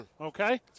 okay